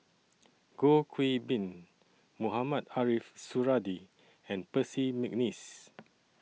Goh Qiu Bin Mohamed Ariff Suradi and Percy Mcneice